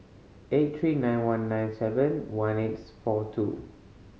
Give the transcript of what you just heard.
eight three nine one nine seven one eights four two